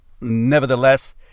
nevertheless